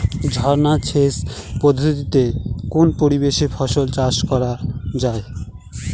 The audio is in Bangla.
ঝর্না সেচ পদ্ধতিতে কোন পরিবেশে ফসল চাষ করা যায়?